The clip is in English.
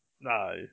No